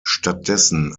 stattdessen